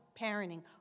parenting